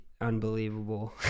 unbelievable